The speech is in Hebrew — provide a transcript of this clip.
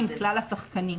כולל מה שייקבע באופן כללי.